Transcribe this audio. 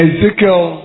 Ezekiel